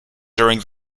during